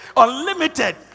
Unlimited